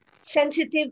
sensitive